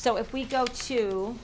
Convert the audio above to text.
so if we go to